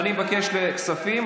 כספים.